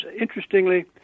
interestingly